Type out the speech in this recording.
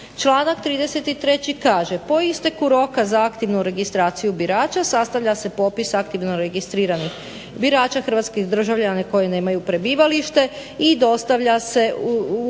Članak 33. Kaže "po isteku roka za aktivnu registraciju birača sastavlja se popis aktivno registriranih birača hrvatskih državljana koji nemaju prebivalište i dostavlja se u